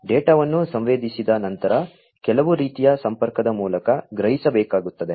ಆದ್ದರಿಂದ ಡೇಟಾವನ್ನು ಸಂವೇದಿಸಿದ ನಂತರ ಕೆಲವು ರೀತಿಯ ಸಂಪರ್ಕದ ಮೂಲಕ ಗ್ರಹಿಸಬೇಕಾಗುತ್ತದೆ